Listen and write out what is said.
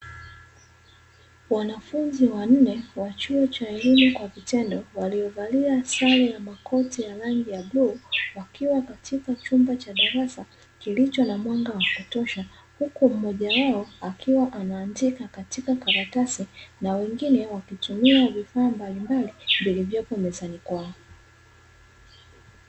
Wanafunzi wa nne wa chuo cha elimu kwa vitendo waliovalia sare ya makoti ya rangi ya bluu wakiwa katika chumba cha darasa kilicho na mwanga wa kutosha, huku mmoja wao akiwa anaandika katika karatasi na wengine wakitumia vifaa mbalimbali vilivyopo mezani kwao.